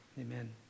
Amen